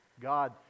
God